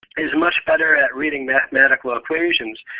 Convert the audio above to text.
is much better at reading mathematical equations.